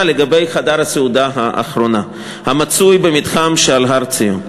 לגבי חדר הסעודה האחרונה המצוי במתחם שעל הר-ציון.